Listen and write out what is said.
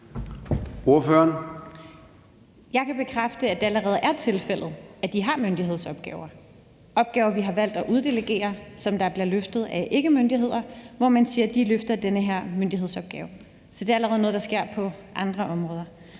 Jeg kan bekræfte, at det allerede er tilfældet, at de har myndighedsopgaver. Det er opgaver, vi har valgt at uddelegere, og som bliver løftet af ikkemyndigheder. I forhold til de opgaver siger man, at de løfter den her myndighedsopgave. Så det er allerede noget, der sker på andre områder.